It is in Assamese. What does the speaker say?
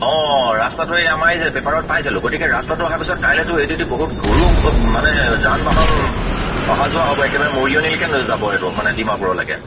অঁ ৰাস্তাটো এই আমাৰ এই পেপাৰত পাইছিলোঁ গতিকে ৰাস্তাটো অহাৰ পিছত কাইলেতো এইটোতো বহুত গৰু মানে যান বাহন অহা যোৱা হ'ব একেবাৰে মৰিয়নিলেকে নে যাব এইটো মানে ডিমাপুৰলৈকে